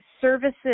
services